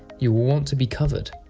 you will want to be covered.